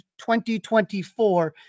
2024